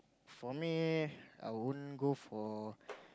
for me I wouldn't go for